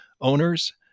owners